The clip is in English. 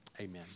amen